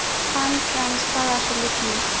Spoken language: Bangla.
ফান্ড ট্রান্সফার আসলে কী?